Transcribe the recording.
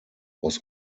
was